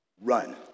run